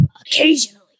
occasionally